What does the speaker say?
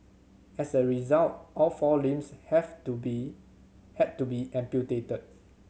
as a result all four limbs have to be had to be amputated